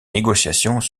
négociations